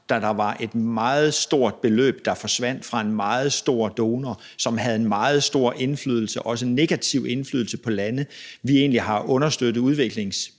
da der var et meget stor beløb, der forsvandt fra en meget stor donor, som havde en meget stor indflydelse og også en negativ indflydelse på lande, vi egentlig har understøttet udviklingsbistandsmæssigt